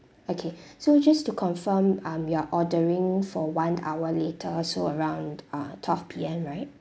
okay so just to confirm um you're ordering for one hour later so around uh twelve P_M right